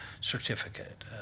certificate